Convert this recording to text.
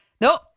Nope